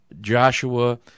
Joshua